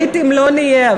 בריטים לא נהיה,